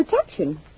protection